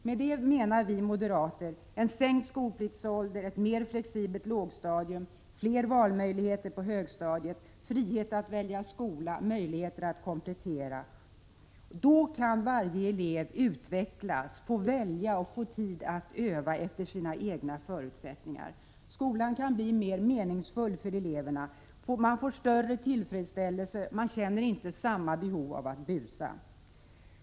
Med det menar OM Vardar CKölan ch ; er 3 E lärarnas arbetssituavi moderater en sänkt skolpliktsålder, ett mer flexibelt lågstadium, fler Hök valmöjligheter på högstadiet, frihet att välja skola, möjligheter att komplettera. Då kan varje elev utvecklas efter sina förutsättningar. Därmed blir skolan mer meningsfull för eleverna. De får större tillfredsställelse och känner inte samma behov av att busa.